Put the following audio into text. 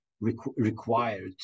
required